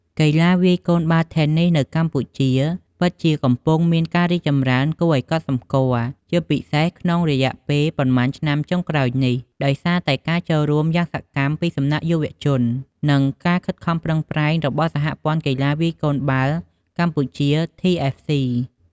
កីឡាវាយកូនបាល់ Tennis នៅកម្ពុជាពិតជាកំពុងមានការរីកចម្រើនគួរឲ្យកត់សម្គាល់ ជាពិសេសក្នុងរយៈពេលប៉ុន្មានឆ្នាំចុងក្រោយនេះ ដោយសារតែការចូលរួមយ៉ាងសកម្មពីសំណាក់យុវជន និងការខិតខំប្រឹងប្រែងរបស់ សហព័ន្ធកីឡាវាយកូនបាល់កម្ពុជា TFC។